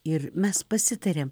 ir mes pasitarėm